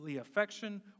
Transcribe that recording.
affection